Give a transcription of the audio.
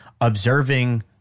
observing